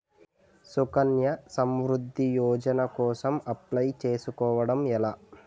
సుకన్య సమృద్ధి యోజన కోసం అప్లయ్ చేసుకోవడం ఎలా?